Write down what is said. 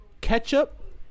Ketchup